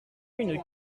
une